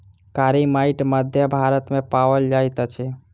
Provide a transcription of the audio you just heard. कारी माइट मध्य भारत मे पाओल जाइत अछि